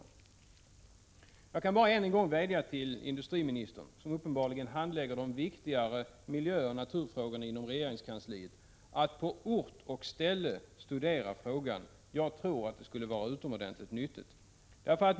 Än en gång kan jag endast vädja till industriministern — som uppenbarligen handlägger de viktigare miljöoch naturfrågorna inom regeringskansliet — att på ort och ställe studera frågan. Jag tror att det skulle vara utomordentligt nyttigt.